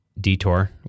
Detour